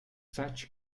such